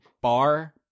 bar